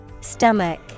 Stomach